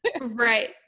right